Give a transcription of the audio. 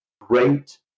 great